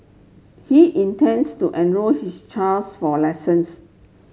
he intends to enrol his child for lessons